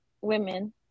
women